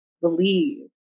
believe